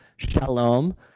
Shalom